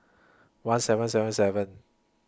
one seven seven seven